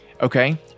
Okay